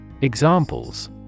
Examples